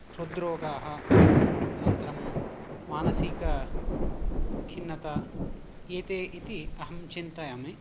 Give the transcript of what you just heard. क्षुद्रोगाः अनन्तरं मानसिकखिन्नता एते इति अहं चिन्तयामि